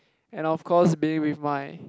and of course being with my